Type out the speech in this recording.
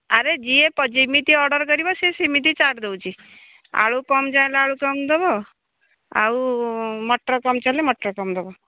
ଆରେ ଯିଏ ଯେମିତି ଅର୍ଡ଼ର୍ କରିବ ସେ ସେମିତି ଚାଟ୍ ଦେଉଛି ଆଳୁ କମ୍ ଚାହିଁଲେ ଆଳୁ କମ୍ ଦେବ ଆଉ ମଟର କମ୍ ଚାହିଁଲେ ମଟର କମ୍ ଦେବ